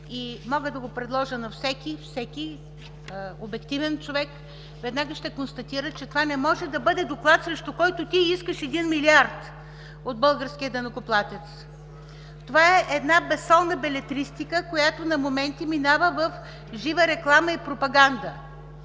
Мога да го предложа на всеки. Всеки обективен човек веднага ще констатира, че това не може да бъде доклад, срещу който ти искаш 1 милиард от българския данъкоплатец. Това е една безсолна белетристика, която на моменти минава в жива реклама и пропаганда.